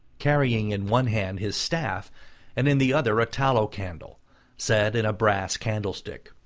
carrying in one hand his staff and in the other a tallow candle set in a brass candlestick.